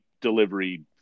delivery